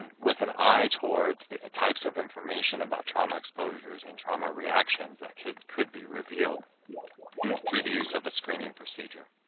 with an eye towards and types of information about trauma exposures and trauma reactions that could could be revealed and through the use of a screening procedure.